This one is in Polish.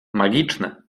magiczne